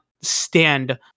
stand